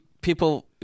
people